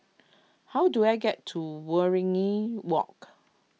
how do I get to Waringin Walk